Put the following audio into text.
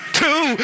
two